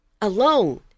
alone